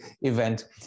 event